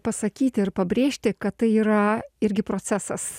pasakyti ir pabrėžti kad tai yra irgi procesas